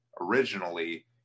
originally